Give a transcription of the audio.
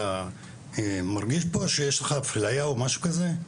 אתה מרגיש פה שיש לך אפליה או משהו כזה?